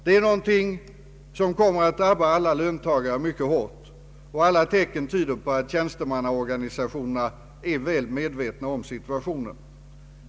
Det är något som kommer att drabba alla löntagare myc ket hårt, och alla tecken tyder på att tjänstemannaorganisationerna är väl medvetna om situationen.